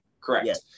correct